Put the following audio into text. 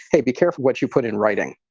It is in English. hey, be careful what you put in writing